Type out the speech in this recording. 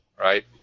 right